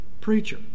preacher